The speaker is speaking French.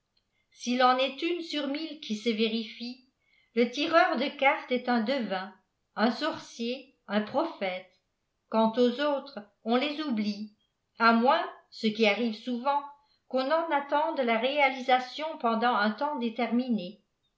s'il en est une sur mille qui se vérifie le tireur de cartes est un devin un sorcier un prophète quant aux autres on les oublie si moins ce qui arriye souvent qu'on n'en attende la réalisation pendant un temps déterminé